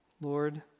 Lord